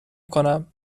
کنم